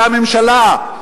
זה הממשלה.